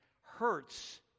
hurts